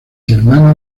hermana